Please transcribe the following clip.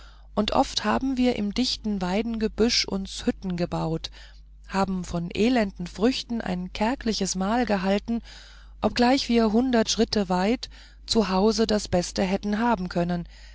und oft haben wir im dichten weidengebüsch uns hütten gebaut haben von elenden früchten ein kärgliches mahl gehalten obgleich wir hundert schritte weit zu hause das beste hätten haben können